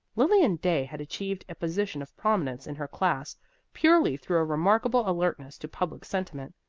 lilian day had achieved a position of prominence in her class purely through a remarkable alertness to public sentiment.